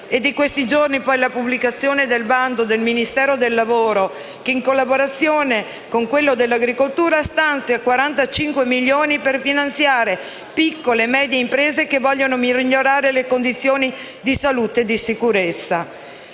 È di questi giorni poi la pubblicazione del bando del Ministero del lavoro, in collaborazione con quello dell'agricoltura, che stanzia 45 milioni per finanziare piccole e medie imprese che vogliono migliorare le condizioni di salute e di sicurezza.